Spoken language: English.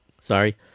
sorry